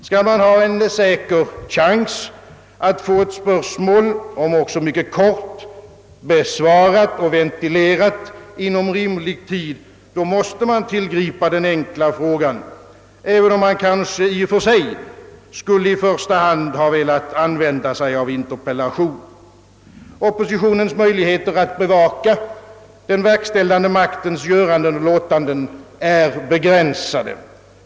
Skall man ha en säker chans att få ett spörsmål, om också mycket kort, besvarat och ventilerat inom rimlig tid, då måste man tillgripa den enkla frågan, även om man kanske i och för sig skulle i första hand ha velat använda sig av en interpellation. Oppositionens möjligheter att bevaka den verkställande maktens göranden och låtanden är begränsade.